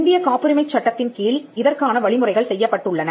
இந்தியக் காப்புரிமைச் சட்டத்தின்கீழ் இதற்கான வழிமுறைகள் செய்யப்பட்டுள்ளன